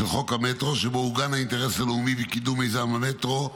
שבו אורגן האינטרס הלאומי לקידום מיזם המטרו.